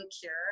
Cure